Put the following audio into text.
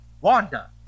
Wanda